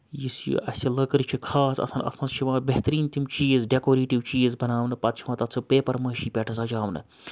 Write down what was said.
یُس یہِ اَسہِ لٔکٕر چھِ خاص آسان اَتھ منٛز چھِ یِوان بہتریٖن تِم چیٖز ڈٮ۪کوریٹِو چیٖز بَناونہٕ پَتہٕ چھِ یِوان تَتھ سُہ پیپَر مٲشی پٮ۪ٹھ سَجاونہٕ